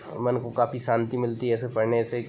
और मन को काफ़ी शान्ति मिलती है इसे पढ़ने से